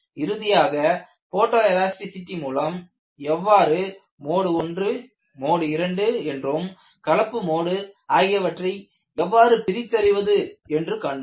இறுதியாக photo elasticity மூலம் எவ்வாறு மோடு 1 மோடு 2 என்றும் கலப்பு மோடு ஆகியவற்றை எவ்வாறு பிரித்தறிவது என்று கண்டோம்